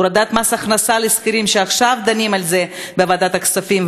הורדת מס הכנסה לשכירים עכשיו דנים בזה בוועדת הכספים,